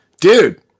Dude